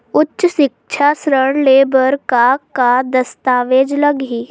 उच्च सिक्छा ऋण ले बर का का दस्तावेज लगही?